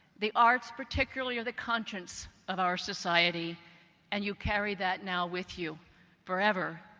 the arts particularly are the conscience of our society and you carry that now with you forever,